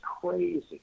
crazy